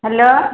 hello